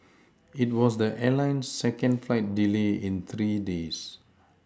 it was the airline's second flight delay in three days